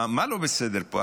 מה לא בסדר פה?